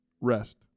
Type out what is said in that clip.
Rest